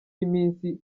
iminsi